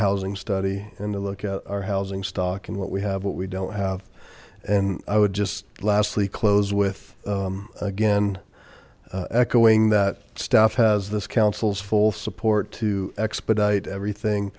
housing study and to look at our housing stock and what we have what we don't have and i would just lastly close with again echoing that staff has this council's full support to expedite everything